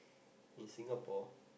in Singapore